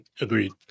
Agreed